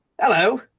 Hello